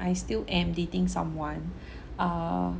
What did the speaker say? I still am dating someone uh